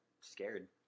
scared